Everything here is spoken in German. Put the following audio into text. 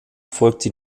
folgte